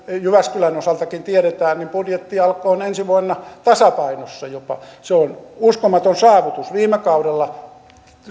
jyväskylänkin osalta tiedetään budjetti on ensi vuonna jopa tasapainossa se on uskomaton saavutus viime kaudella